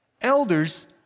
Elders